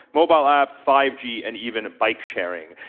mobile apps, five g, and even bike-sharing.